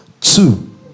two